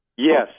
Yes